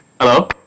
Hello